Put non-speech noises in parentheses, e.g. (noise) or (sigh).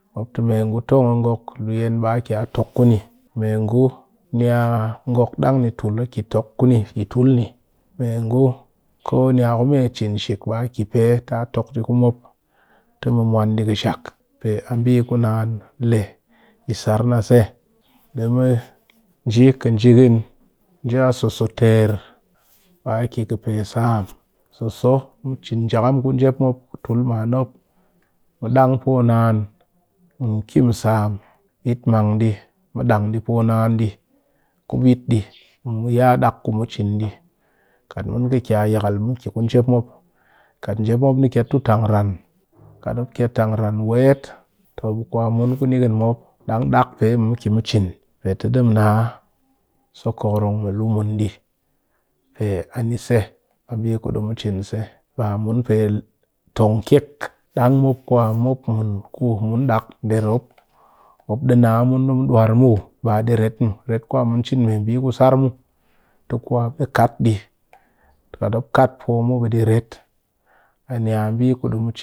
Mop te me ngu tong a ngok luyien ba a ke tonk kuni, me ngu niya ngok dang ni tul a kiya tok kuni yi tul me ngu ko niya ku me chin shik ba ke pe ta tok di ku mop pe a mbi ku naan le se sar na se dɨ mu nje kijini nja soso ter ba ki ka pesam so so cin njam ku njep mop mu dang poo naan be mu ki mu sam, bitmang di mu dang poo naan di kubit di kat mun ka kiya yakal mu ki ku njep mop kat njep mop ni kiya tu tang ran wet to be kwa mun ku nikin mop dang dak pe be mu ki mu cin pe te di du naa so kokorong mɨ luu mun ni di pe ani se a mbi ku du cin se ba mun pe tong kek dang mop kuwa mop mun ku mun dak nder mop di namun di mu dure muw ba di ret mu ret kwa mun cin mbi ku sar mu te kwa mop kat dɨ. (unintelligible)